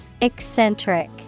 Eccentric